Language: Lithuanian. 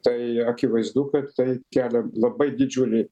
tai akivaizdu kad tai kelia labai didžiulį